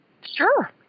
Sure